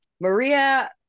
Maria